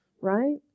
right